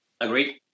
Agreed